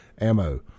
Ammo